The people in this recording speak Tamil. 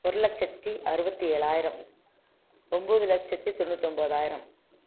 ஒரு லட்சத்தி அறுபத்தி ஏழாயிரம் ஒன்போது லட்சத்தி தொண்ணூற்றி ஒன்போதாயிரம்